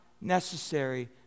necessary